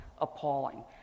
appalling